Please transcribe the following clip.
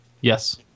Yes